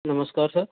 नमस्कार सर